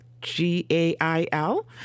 G-A-I-L